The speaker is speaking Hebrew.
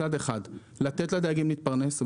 מצד אחד לתת לדייגים להתפרנס,